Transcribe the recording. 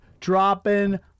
Dropping